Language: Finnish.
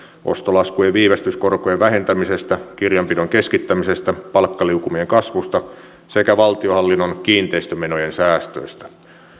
ostolaskujen viivästyskorkojen vähentämisestä kirjanpidon keskittämisestä palkkaliukumien kasvusta sekä valtionhallinnon kiinteistömenojen säästöistä